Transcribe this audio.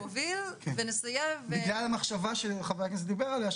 בגלל המחשבה שחבר הכנסת דיבר עליה,